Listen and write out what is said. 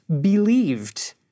believed